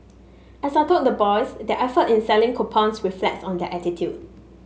as I told the boys their effort in selling coupons reflects on their attitude